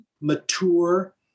mature